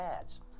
ads